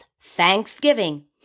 thanksgiving